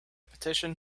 petition